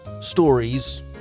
stories